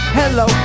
hello